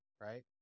right